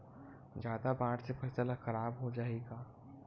जादा बाढ़ से फसल ह खराब हो जाहि का?